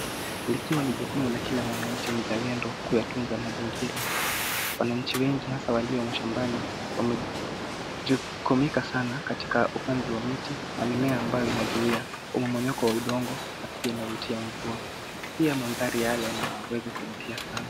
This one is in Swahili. Likiwa ni jukumu la kila mwananchi mzalendo kuyatunza mazingira, wananchi wengi hasa walio mashambani wamejukumika sana katika upanzi wa miti na mimea ambayo inazuia umomonyoko wa udongo na pia inavutia mvua. Pia mandhari yale yanaweza kuvutia sana.